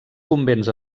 convents